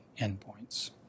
endpoints